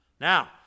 Now